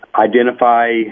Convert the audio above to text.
identify